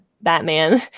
batman